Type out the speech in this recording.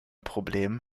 problemen